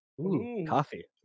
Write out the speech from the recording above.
Coffee